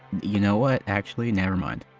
you know what? actually, nevermind.